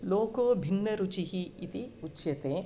लोको भिन्न रुचिः इति उच्यते